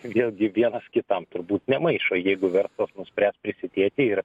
vėlgi vienas kitam turbūt nemaišo jeigu verslas nuspręs prisidėti ir